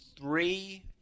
three